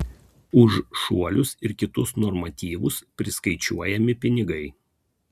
už šuolius ir kitus normatyvus priskaičiuojami pinigai